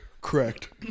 Correct